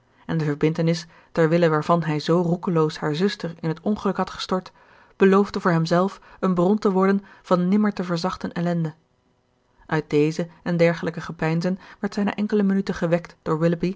en de verbintenis ter wille waarvan hij zoo roekeloos haar zuster in het ongeluk had gestort beloofde voor hemzelf een bron te worden van nimmer te verzachten ellende uit deze en dergelijke gepeinzen werd zij na enkele minuten gewekt door